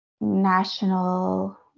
National